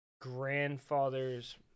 grandfather's